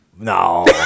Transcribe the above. No